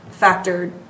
factored